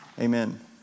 Amen